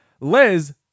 Liz